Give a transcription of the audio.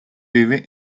vive